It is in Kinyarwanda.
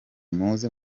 muze